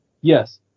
yes